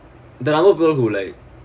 that I know people who like